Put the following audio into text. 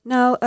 Now